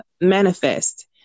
manifest